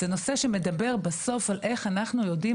זה נושא שמדבר בסוף על איך אנחנו יודעים